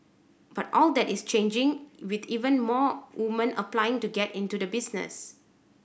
but all that is changing with even more woman applying to get into the business